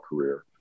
career